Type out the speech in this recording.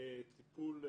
לקבל טיפול פרה-רפואי.